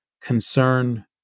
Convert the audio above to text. concern